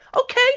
Okay